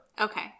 Okay